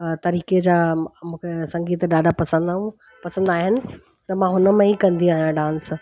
तरीक़े जा मूंखे संगीत ॾाढा पसंदि ऐं पसंदि आहिनि त मां हुनमें ई कंदी आहियां डांस